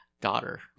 daughter